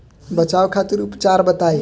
बचाव खातिर उपचार बताई?